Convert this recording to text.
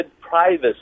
privacy